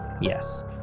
Yes